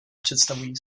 představují